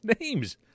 names